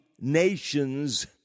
nations